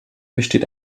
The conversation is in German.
besteht